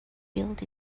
built